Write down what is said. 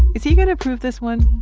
is he going to approve this one?